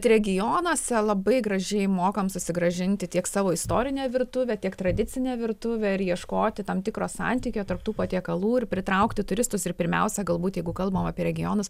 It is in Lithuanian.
regionuose labai gražiai mokam susigrąžinti tiek savo istorinę virtuvę tiek tradicinę virtuvę ir ieškoti tam tikro santykio tarp tų patiekalų ir pritraukti turistus ir pirmiausia galbūt jeigu kalbam apie regionus